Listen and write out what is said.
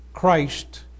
Christ